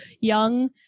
young